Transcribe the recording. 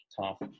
tough